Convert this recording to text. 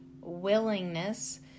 willingness